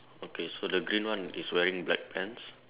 okay so the green one is wearing black pants